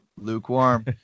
Lukewarm